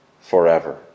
forever